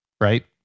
right